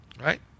right